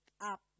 up